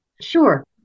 Sure